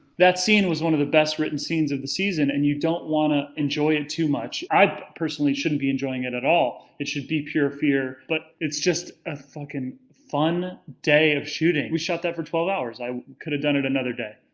that scene was one of the best written scenes of the season, and you don't want to enjoy it too much. i, personally, shouldn't be enjoying it at all. it should be pure fear, but it's just a fucking fun day of shooting. we shot that for twelve hours, i could have done it another day.